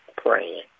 praying